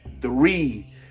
three